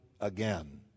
again